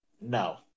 no